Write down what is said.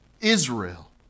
Israel